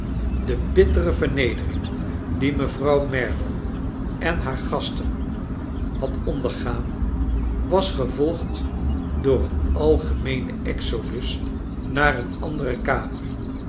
de bittere vernedering die mevrouw merdle en haar gasten had ondergaan was gevolgd door een algemeenen exodus naar een andere kamer